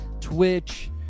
Twitch